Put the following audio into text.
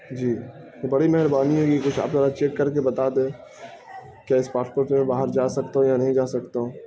جی بڑی مہربانی ہوگی کچھ آپ ذرا چیک کر کے بتا دیں کیا اس پاسٹپورٹ پہ میں باہر جا سکتا ہوں یا نہیں جا سکتا ہوں